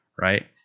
right